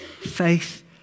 Faith